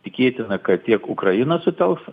tikėtina kad tiek ukraina sutelks